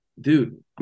dude